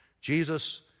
Jesus